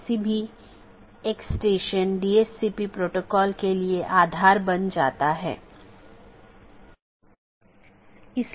इसलिए हलका करने कि नीति को BGP प्रोटोकॉल में परिभाषित नहीं किया जाता है बल्कि उनका उपयोग BGP डिवाइस को कॉन्फ़िगर करने के लिए किया जाता है